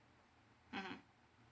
mmhmm